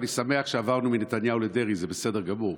אני שמח שעברנו מנתניהו לדרעי, זה בסדר גמור.